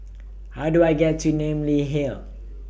How Do I get to Namly Hill